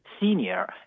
senior